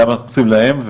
גם עושים להם,